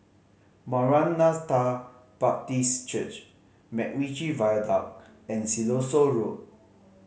Maranatha Baptist Church MacRitchie Viaduct and Siloso Road